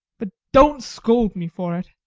but don't scold me for it.